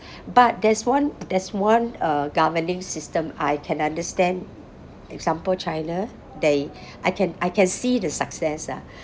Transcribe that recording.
but there's one there's one uh governing system I can understand example china they I can I can see the success ah